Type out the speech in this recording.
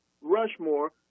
Rushmore